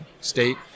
state